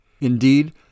Indeed